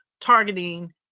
targeting